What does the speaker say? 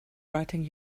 writing